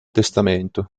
testamento